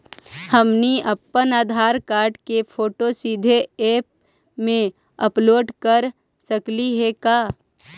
हमनी अप्पन आधार कार्ड के फोटो सीधे ऐप में अपलोड कर सकली हे का?